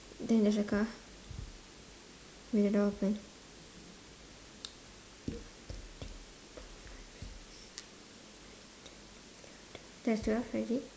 then there's a car with the door open there's twelve already